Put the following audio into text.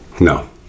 No